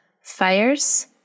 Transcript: fires